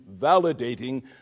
validating